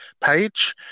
page